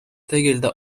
tegeleda